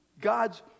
God's